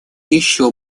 еще